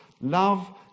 Love